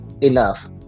enough